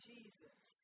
Jesus